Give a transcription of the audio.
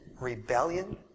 rebellion